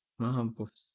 ah mampus